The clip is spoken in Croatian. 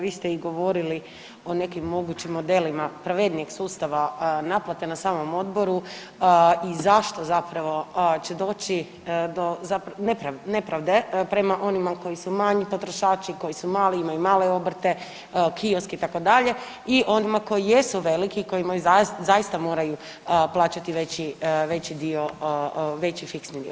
Vi ste i govorili o nekim mogućim modelima pravednije sustava naplate na samom Odboru i zašto zapravo će doći do .../nerazumljivo/... nepravde prema onima koji su manji potrošači, koji su mali, imaju male obrte, kiosk, itd. i onima koji jesu veliki, koji zaista moraju plaćati veći dio, veći fiksni dio.